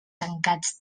tancats